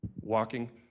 walking